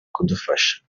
kudufasha